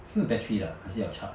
是 battery 的啊还是要 charge